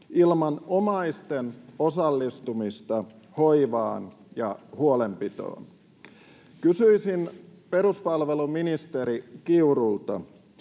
ilman omaisten osallistumista hoivaan ja huolenpitoon. Kysyisin peruspalveluministeri Kiurulta: